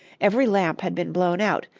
every lamp had been blown out,